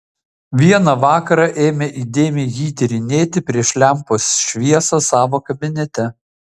vieną vakarą ėmė įdėmiai jį tyrinėti prieš lempos šviesą savo kabinete